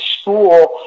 school